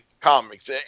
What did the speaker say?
comics